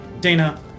Dana